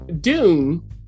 Dune